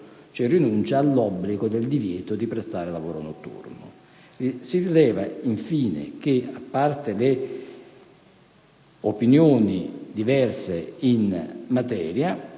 della rinuncia all'obbligo del divieto di prestare lavoro notturno. Si rileva, infine, che a parte le opinioni diverse in materia,